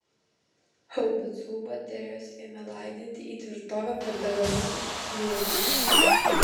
haubicų baterijos ėmė laidyti į tvirtovę padegamuosius sviedinius